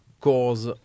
cause